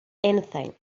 anything